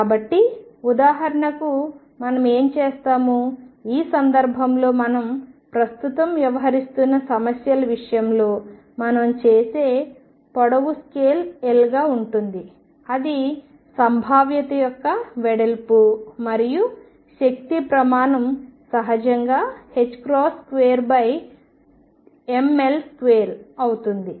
కాబట్టి ఉదాహరణకు మనం ఏమి చేస్తాము ఈ సందర్భంలో మనం ప్రస్తుతం వ్యవహరిస్తున్న సమస్యల విషయంలో మనం చేసే పొడవు స్కేల్ L గా ఉంటుంది అది సంభావ్యత యొక్క వెడల్పు మరియు శక్తి ప్రమాణం సహజంగా 2mL2 అవుతుంది